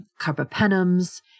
carbapenems